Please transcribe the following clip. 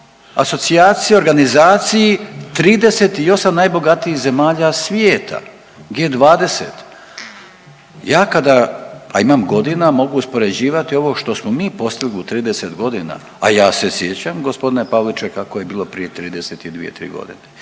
asocijaciji, organizaciji 38 najbogatijih zemalja svijeta G20. Ja kada, a imam godina mogu uspoređivati ovo što smo mi postigli u 30 godina, a ja se sjećam gospodine Pavliček kako je bilo prije 32, 3 godine.